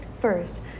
First